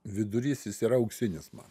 vidurys jis yra auksinis man